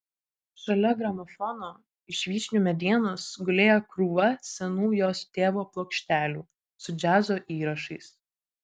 šalia gramofono iš vyšnių medienos gulėjo krūva senų jos tėvo plokštelių su džiazo įrašais